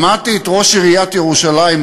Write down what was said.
שמעתי את ראש עיריית ירושלים,